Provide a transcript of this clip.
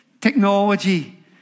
technology